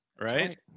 right